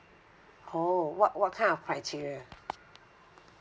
oh what what kind of criteria